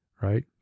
right